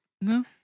No